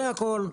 זה הכול.